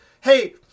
hey